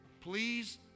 Please